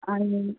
आणि